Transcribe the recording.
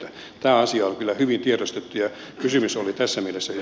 tämä asia on kyllä hyvin tiedostettu ja kysymys oli tässä mielessä